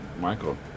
Michael